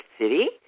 City